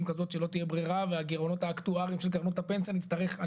כזאת שלא תהיה ברירה והגירעונות האקטואריים של קרנות הפנסיה נצטרך.